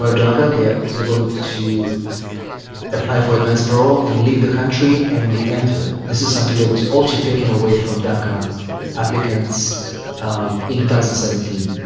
um daca, they are able to apply for advance parole and leave the country and re-enter. this is something that was also taken away from daca applicants in two thousand and seventeen.